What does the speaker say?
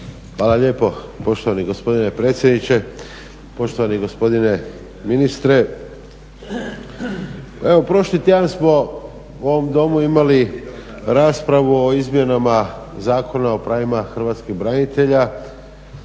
Hvala lijepo poštovani gospodine predsjedniče, poštovani gospodine ministre. Evo prošli tjedan smo u ovom Domu imali raspravu o izmjenama Zakona o pravima hrvatskih branitelja